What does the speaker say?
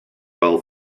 well